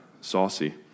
saucy